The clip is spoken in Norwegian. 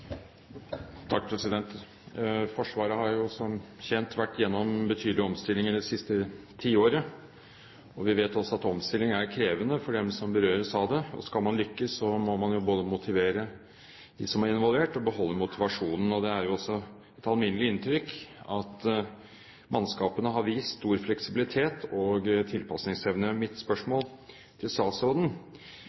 Forsvaret har som kjent vært gjennom betydelige omstillinger det siste tiåret, og vi vet også at omstilling er krevende for dem som berøres av det. Skal man lykkes, må man både motivere de som er involvert, og beholde motivasjonen. Det er også et alminnelig inntrykk at mannskapene har vist stor fleksibilitet og tilpasningsevne. Mitt spørsmål til statsråden